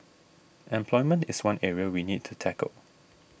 employment is one area we need to tackle